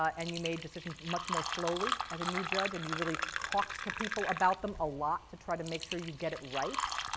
ah and you made decisions much more slowly as a new judge, and you really talked to people about them a lot to try to make sure you get it right.